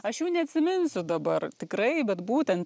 aš jų neatsiminsiu dabar tikrai bet būtent